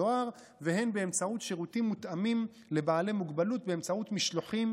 הדואר והן באמצעות שירותים מותאמים לבעלי מוגבלות באמצעות משלוחים,